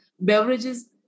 beverages